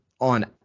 on